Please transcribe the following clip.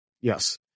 Yes